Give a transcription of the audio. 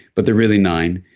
but they're really nine,